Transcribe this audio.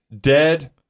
dead